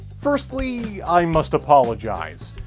firstly i must apologize!